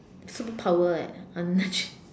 superpower eh